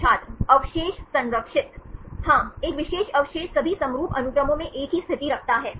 छात्र अवशेष संरक्षित हाँ एक विशेष अवशेष सभी समरूप अनुक्रमों में एक ही स्थिति रखता है